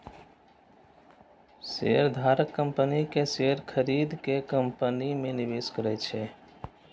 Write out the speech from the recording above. शेयरधारक कंपनी के शेयर खरीद के कंपनी मे निवेश करै छै